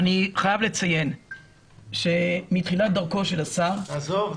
אני חייב לציין שמתחילת דרכו של השר --- עזוב,